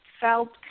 felt